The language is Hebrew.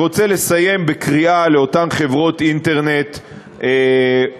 אני רוצה לסיים בקריאה לאותן חברות אינטרנט עצומות,